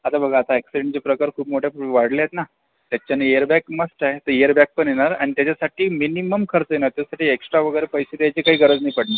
आता बघा आता अॅक्सिडंटचे प्रकार खूप मोठ्या प्रमाणात वाढले आहेत ना त्याचानी एअर बॅग मस्त आहे ते एअरबॅग पण येणार आणि त्याच्यासाठी मिनिमम खर्च येणार त्याच्यासाठी एस्ट्रा वगैरे पैसे द्यायची गरज नाही पडणार